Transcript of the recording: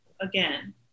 again